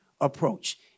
approach